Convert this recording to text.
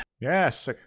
Yes